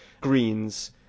greens